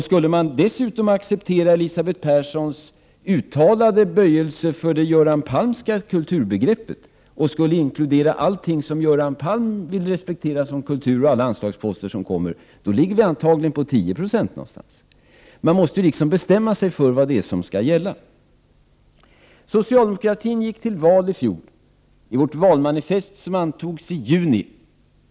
Skulle man dessutom acceptera Elisabeth Perssons uttalade böjelse för det Göran Palmska kulturbegreppet och inkludera allt som han vill respektera som kultur och alla anslagsposter som tillkommer, blir andelen antagligen 10 76. Man måste alltså bestämma sig för vad som skall gälla. Socialdemokratin gick i fjol till val med ett valmanifest som hade antagits i juni.